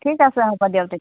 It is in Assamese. ঠিক আছে হ'ব দিয়ক তেতিয়া